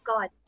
God